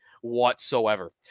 whatsoever